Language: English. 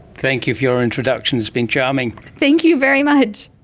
thank you for your introduction, it's been charming. thank you very much.